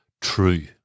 true